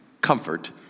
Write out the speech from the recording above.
comfort